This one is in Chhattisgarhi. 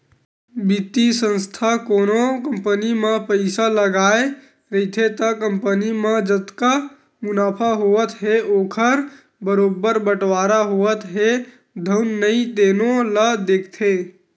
बित्तीय संस्था कोनो कंपनी म पइसा लगाए रहिथे त कंपनी म जतका मुनाफा होवत हे ओखर बरोबर बटवारा होवत हे धुन नइ तेनो ल देखथे